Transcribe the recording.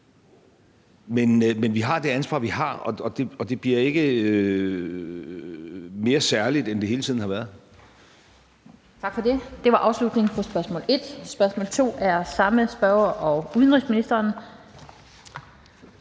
men vi har det ansvar, vi har, og det bliver ikke mere særligt, end det hele tiden har været.